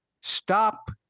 Stop